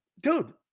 dude